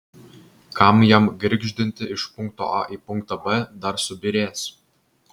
kam jam girgždinti iš punkto a į punktą b dar subyrės